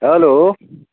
hello